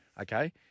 Okay